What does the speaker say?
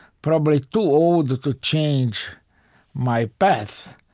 probably too old to change my path.